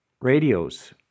radios